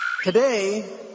Today